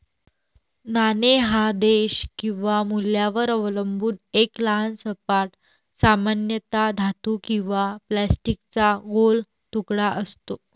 नाणे हा देश किंवा मूल्यावर अवलंबून एक लहान सपाट, सामान्यतः धातू किंवा प्लास्टिकचा गोल तुकडा असतो